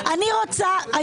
אופיר, אני לא צריכה עזרה.